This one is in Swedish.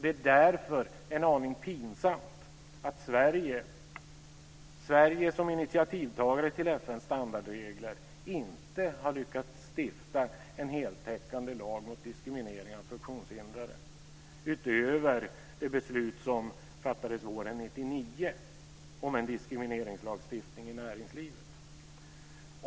Det är därför en aning pinsamt att Sverige som initiativtagare till FN:s standardregler inte har lyckats stifta en heltäckande lag mot diskriminering av funktionshindrade utöver det beslut som fattades våren 1999 om en diskrimineringslagstiftning i näringslivet.